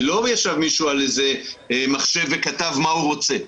לא ישב מישהו על מחשב וכתב מה שהוא רוצה.